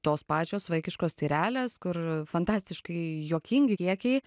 tos pačios vaikiškos tyrelės kur fantastiškai juokingi kiekiai